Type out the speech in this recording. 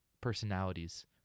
personalities